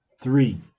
three